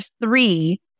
three